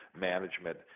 management